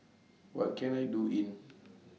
What Can I Do in